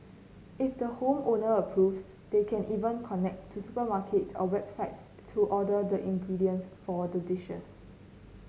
if the home owner approves they can even connect to supermarkets or websites to order the ingredients for the dishes